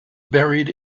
buried